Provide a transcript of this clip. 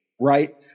right